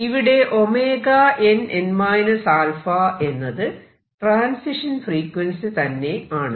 ഇവിടെ nn α എന്നത് transition frequency തന്നെ ആണ്